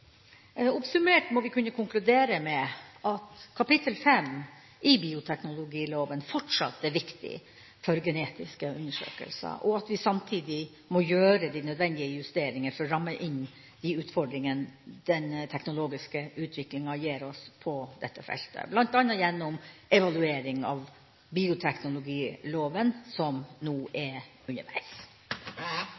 Oppsummert må vi kunne konkludere med at kapittel 5 i bioteknologiloven fortsatt er viktig for genetiske undersøkelser, og at vi samtidig må gjøre de nødvendige justeringer for å ramme inn de utfordringene den teknologiske utviklinga gir oss på dette feltet, bl.a. gjennom evaluering av bioteknologiloven, som nå er